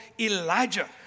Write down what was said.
Elijah